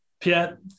Pierre